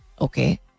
Okay